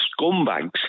scumbags